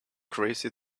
crazy